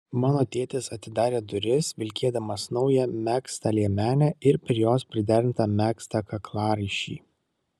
mano tėtis atidarė duris vilkėdamas naują megztą liemenę ir prie jos priderintą megztą kaklaryšį